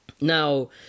Now